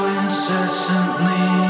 incessantly